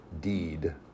deed